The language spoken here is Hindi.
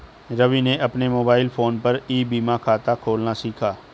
रवि ने अपने मोबाइल फोन पर ई बीमा खाता खोलना सीखा